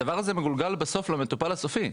הדבר הזה מגולגל, בסוף, למטופל הסופי.